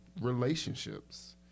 relationships